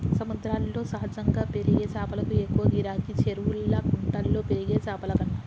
సముద్రాల్లో సహజంగా పెరిగే చాపలకు ఎక్కువ గిరాకీ, చెరువుల్లా కుంటల్లో పెరిగే చాపలకన్నా